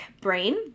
brain